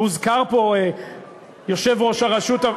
והוזכר פה יושב-ראש הרשות,